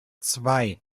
zwei